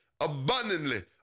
abundantly